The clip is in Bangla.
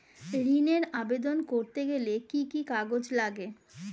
ঋণের আবেদন করতে গেলে কি কি কাগজ লাগে?